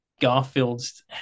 Garfield's